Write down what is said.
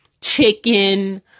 chicken